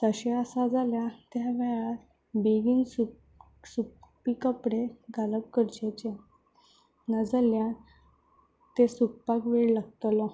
तशें आसा जाल्यार त्या वेळार बेगीन सुक सुकपी कपडे घालप गरजेचें ना जाल्यार तें सुकपाक वेळ लागतलो